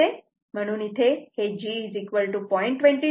म्हणून इथे g 0